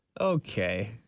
Okay